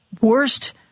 worst